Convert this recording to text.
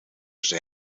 zijn